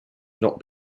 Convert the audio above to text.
not